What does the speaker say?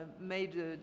made